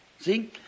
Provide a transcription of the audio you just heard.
See